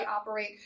operate